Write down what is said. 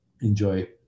enjoy